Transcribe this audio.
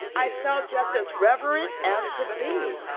i felt just as reverent as could be.